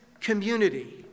community